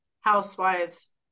Housewives